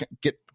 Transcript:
get